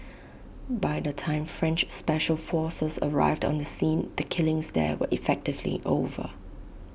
by the time French special forces arrived on the scene the killings there were effectively over